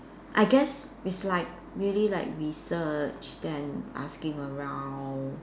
I guess it's like really like research then asking around